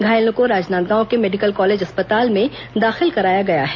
घायलों को राजनांदगांव के मेडिकल कॉलेज अस्पताल में दाखिल कराया गया है